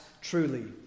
truly